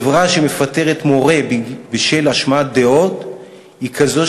חברה שמפטרת מורה בשל השמעת דעות היא כזאת